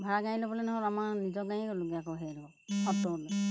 ভাড়া গাড়ী ল'বলৈ নহ'ল আমাৰ নিজৰ গাড়ীয়ে ল'লোগৈ আকৌ সেইডোখৰ সত্ৰলৈ